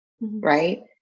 right